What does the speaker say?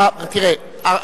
תראה,